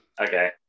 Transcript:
Okay